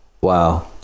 Wow